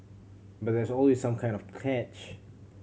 but there's always some kind of catch